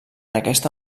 aquesta